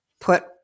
put